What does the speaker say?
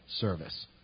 service